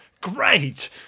Great